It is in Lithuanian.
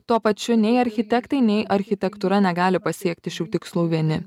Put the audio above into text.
tuo pačiu nei architektai nei architektūra negali pasiekti šių tikslų vieni